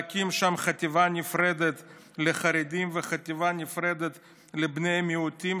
להקים שם חטיבה נפרדת לחרדים וחטיבה נפרדת לבני מיעוטים,